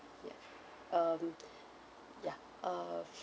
ya um ya of